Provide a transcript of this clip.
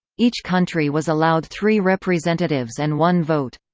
each country was allowed three representatives and one vote.